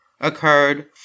occurred